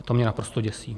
To mě naprosto děsí.